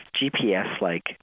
GPS-like